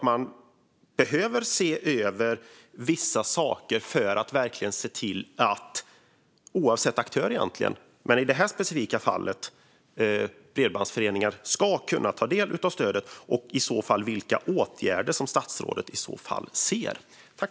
Eller behöver man se över vissa saker för att säkerställa att alla, oavsett aktör men i detta fall bredbandsföreningar, kan ta del av stödet? Vilka åtgärder behöver, enligt statsrådet, i så fall vidtas?